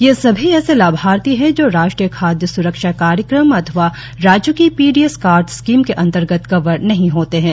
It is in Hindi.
ये सभी ऐसे लाभार्थी हैं जो राष्ट्रीय खाद्य स्रक्षा कार्यक्रम अथवा राज्यों की पीडीएस कार्ड स्कीम के अंतर्गत कवर नहीं होते हैं